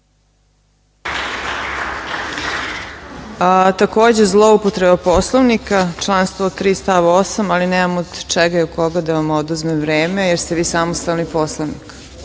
Takođe, zloupotreba Poslovnika, član 103. i 108, ali nemam od čega i od koga da vam oduzmem vreme, jer ste vi samostalni poslanik.